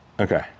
okay